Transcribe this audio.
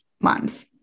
months